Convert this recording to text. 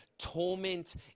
torment